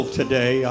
today